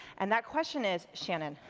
and that question is, shannon,